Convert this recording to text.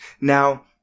Now